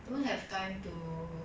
don't have time to